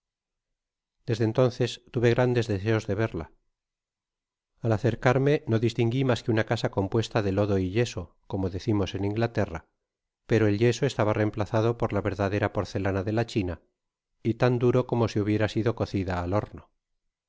desde entonces tuve grandes deseos de vería al acer carme no distingui mas que una casa compuesta de tetas y yeso como decimos en inglaterra pero el yeso estaba reempfarcado por la verdadera porcelana dela china y bjn duro como si hubiera sido cocida al horno